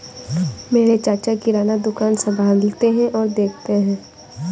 मेरे चाचा किराना दुकान संभालते और देखते हैं